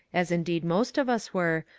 as indeed most of us were,